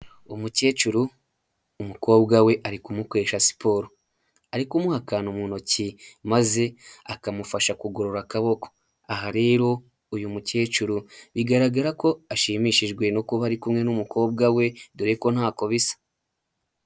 Umukecuru, umukobwa we ari kumukoresha siporo. Ariko kumuhakana mu ntoki, maze akamufasha kugorora akaboko. Aha rero, uyu mukecuru bigaragara ko ashimishijwe no kuba ari kumwe n'umukobwa we, dore ko ntako bisa.